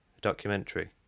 documentary